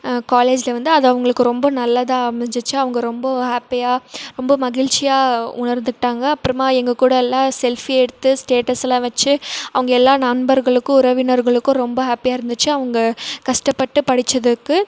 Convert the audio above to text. காலேஜில் வந்து அது அவங்களுக்கு ரொம்ப நல்லதாக அமஞ்சிச்சு அவங்க ரொம்ப ஹாப்பியாக ரொம்ப மகிழ்ச்சியாக உணர்ந்துக்கிட்டாங்க அப்புறமா எங்கள் கூடல்லா செல்ஃபி எடுத்து ஸ்டேட்டஸ்ல்லாம் வச்சு அவங்க எல்லாம் நண்பர்களுக்கும் உறவினர்களுக்கும் ரொம்ப ஹாப்பியாக இருந்துச்சி அவங்க கஷ்டப்பட்டு படிச்சதுக்கு